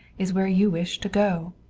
is where you wish to go.